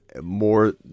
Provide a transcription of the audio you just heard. more